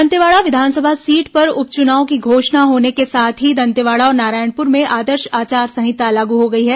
दंतेवाड़ा विधानसभा सीट पर उप चुनाव की घोषणा होने के साथ ही दंतेवाड़ा और नारायणपुर में आदर्श आचार संहिता लागू हो गई है